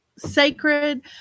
sacred